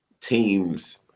teams